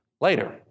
later